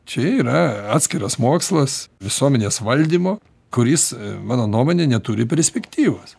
čia yra atskiras mokslas visuomenės valdymo kuris mano nuomone neturi perspektyvos